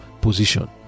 position